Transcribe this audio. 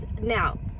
Now